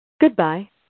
Goodbye